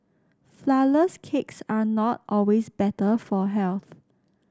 flourless cakes are not always better for health